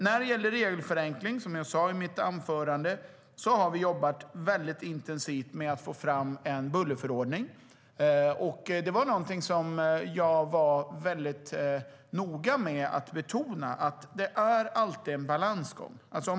När det gäller regelförenkling har vi, som jag sa i mitt anförande, jobbat intensivt med att få fram en bullerförordning. Jag har varit noga med att betona att det alltid är en balansgång.